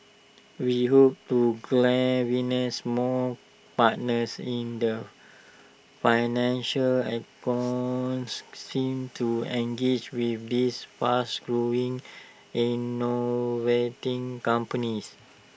we hope to galvanise more partners in the financial ecosystem to engage with these fast growing innovating companies